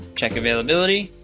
check availability.